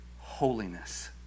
holiness